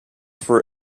for